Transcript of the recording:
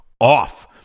off